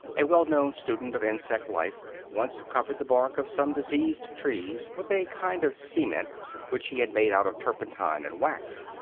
a wellknown student of insect life, once covered the bark of some diseased trees with a kind of cement which he had made out of turpentine and wax.